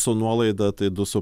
su nuolaida tai du su